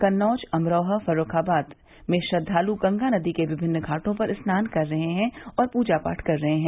कन्नौज अमरोहा फर्रूखाबाद में श्रद्वालू गंगा नदी के विभिन्न घाटो पर स्नान कर के पूजा पाठ कर रहे हैं